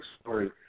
story